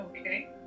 Okay